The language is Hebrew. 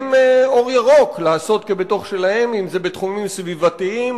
אור ירוק לעשות כבתוך שלהם בתחומים סביבתיים,